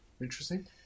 interesting